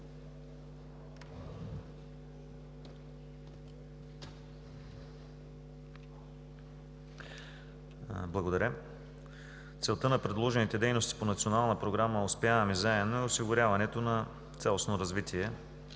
Благодаря. Целта на предложените дейности по Национална програма „Успяваме заедно“ е осигуряването на цялостно развитие